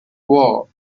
war